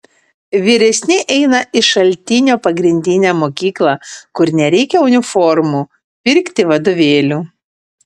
vyresni eina į šaltinio pagrindinę mokyklą kur nereikia uniformų pirkti vadovėlių